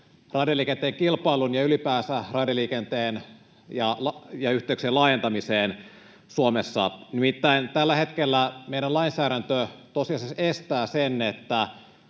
raideliikenteen kilpailuun ja ylipäänsä raideliikenteen ja -yhteyksien laajentamiseen Suomessa. Nimittäin tällä hetkellä meidän lainsäädäntö tosiasiassa estää sen, että